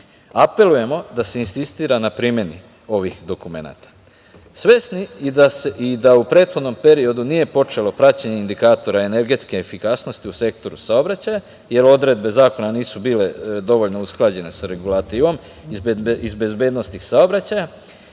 apelujemo da se insistiramo na primeni ovih dokumenata. Svesni i da u prethodnom periodu nije počelo praćenje indikatora energetske efikasnosti u sektoru saobraćaja, jer odredbe Zakona nisu bile dovoljno usklađene sa regulativom, iz bezbednosti saobraćaja,